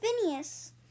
Phineas